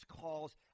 calls